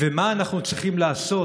ומה אנחנו צריכים לעשות?